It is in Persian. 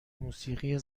موسیقی